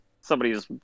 somebody's